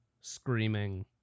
screaming